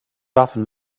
often